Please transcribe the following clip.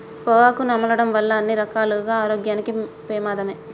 పొగాకు నమలడం వల్ల అన్ని రకాలుగా ఆరోగ్యానికి పెమాదమే